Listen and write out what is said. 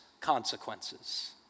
consequences